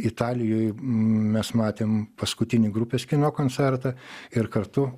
italijoj mes matėm paskutinį grupės kino koncertą ir kartu